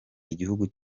igihugu